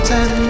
Ten